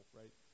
right